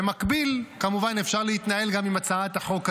במקביל, כמובן, אפשר להתנהל גם עם הצעת החוק הזאת.